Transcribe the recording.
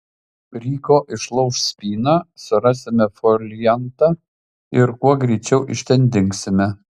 ryko išlauš spyną surasime foliantą ir kuo greičiau iš ten dingsime